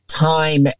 Time